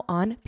on